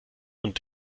und